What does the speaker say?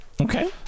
okay